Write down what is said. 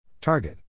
Target